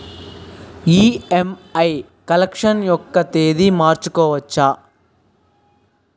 EMI collection ఒక తేదీ మార్చుకోవచ్చా?